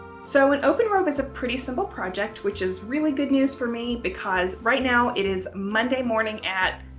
so an open robe is a pretty simple project which is really good news for me because right now it is monday morning at